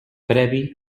previ